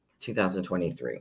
2023